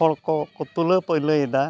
ᱦᱚᱲᱠᱚ ᱠᱚ ᱛᱩᱞᱟᱹ ᱯᱟᱹᱭᱞᱟᱹᱭᱮᱫᱟ